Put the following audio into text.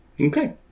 Okay